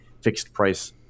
fixed-price